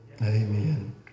Amen